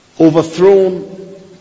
overthrown